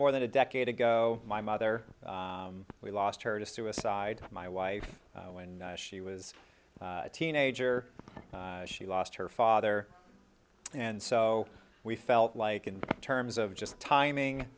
more than a decade ago my mother we lost her to suicide my wife when she was a teenager she lost her father and so we felt like in terms of just timing